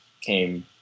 came